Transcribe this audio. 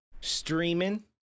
Streaming